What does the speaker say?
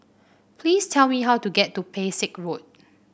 please tell me how to get to Pesek Road